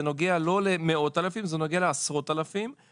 זה נוגע לא למאות אלפים אלא לעשות אלפים,